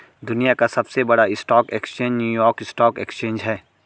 दुनिया का सबसे बड़ा stock exchange New York stock exchange है